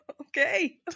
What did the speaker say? Okay